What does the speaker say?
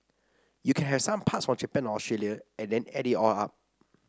you can have some parts from Japan or Australia and then add it all up